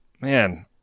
man